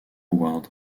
award